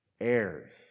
Heirs